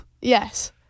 Yes